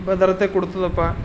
ಭದ್ರತೆ ಕೊಡ್ತದಪ್ಪ